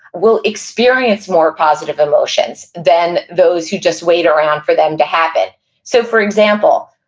will experience more positive emotions than those who just wait around for them to happen so for example,